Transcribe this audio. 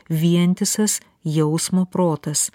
vientisas jausmo protas